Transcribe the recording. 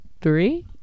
three